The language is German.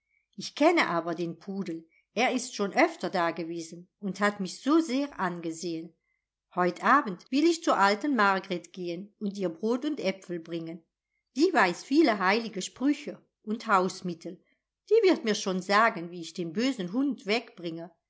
ich kenne aber den pudel er ist schon öfter dagewesen und hat mich so sehr angesehen heut abend will ich zur alten margret gehen und ihr brot und äpfel bringen die weiß viele heilige sprüche und hausmittel die wird mir schon sagen wie ich den bösen hund wegbringe